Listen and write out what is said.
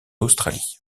australie